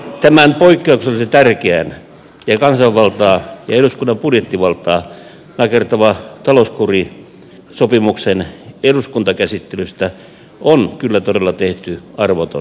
tämän poikkeuksellisen tärkeän ja kansanvaltaa ja eduskunnan budjettivaltaa nakertavan talouskurisopimuksen eduskuntakäsittelystä on kyllä todella tehty arvoton näytelmä